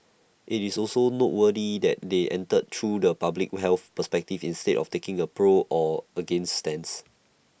IT is also noteworthy that they entered through the public health perspective instead of taking A pro or against stance